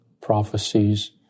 prophecies